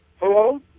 Hello